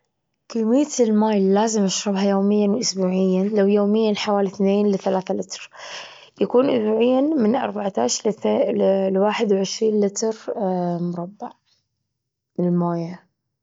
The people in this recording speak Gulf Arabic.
كمية الماي اللي لازم أشربها يوميًا وأسبوعيًا، لو يوميًا حوالي اثنين لثلاثة لتر يكون أسبوعيا من أربعتاش لث- لواحد وعشرين لتر، مربع من الميه.